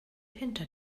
hinter